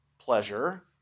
pleasure